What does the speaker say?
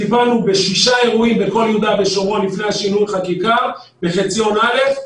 טיפלנו בשישה אירועים בכל יהודה ושומרון לפני שינוי החקיקה בחציון א',